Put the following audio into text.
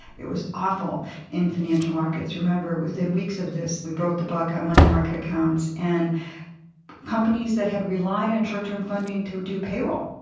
it was awful in financial markets. remember within weeks of this, we broke the buck on money market accounts and companies that had relied on short-term funding to do payroll,